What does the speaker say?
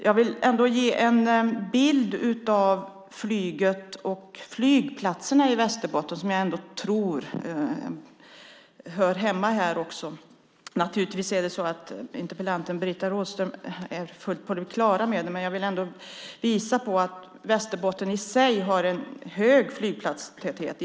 Jag vill ändå ge en bild av flyget och flygplatserna i Västerbotten som jag tror hör hemma här. Naturligtvis är interpellanten Britta Rådström fullt på det klara med det, men jag vill ändå visa på att Västerbotten i sig har en hög flygplatstäthet.